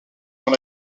dans